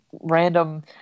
random